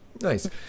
Nice